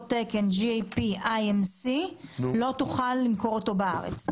תקן IMC-GAP לא תוכל למכור אותו בארץ.